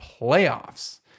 playoffs